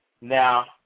Now